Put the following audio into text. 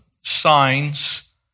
signs